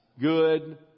Good